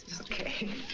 Okay